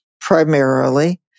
primarily